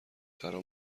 ترا